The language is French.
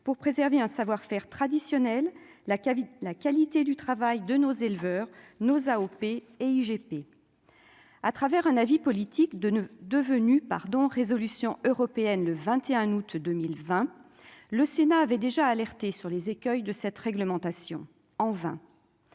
pour préserver un savoir-faire traditionnel, la qualité, la qualité du travail de nos éleveurs nos AOP et IGP à travers un avis politique de ne devenu pardon résolution européenne le 21 août 2020, le Sénat avait déjà alerté sur les écueils de cette réglementation, en vain,